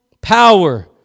Power